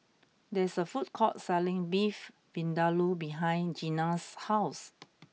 there is a food court selling Beef Vindaloo behind Gena's house